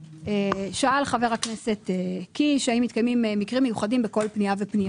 שאל חבר הכנסת קיש האם מתקיימים מקרים מיוחדים בכל פנייה ופנייה.